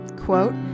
quote